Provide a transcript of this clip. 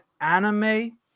anime